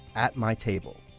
at my table.